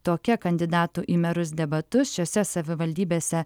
tokia kandidatų į merus debatus šiose savivaldybėse